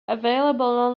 available